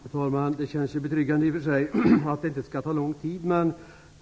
Fru talman! Det känns ju betryggande i och för sig att det skall ta lång tid.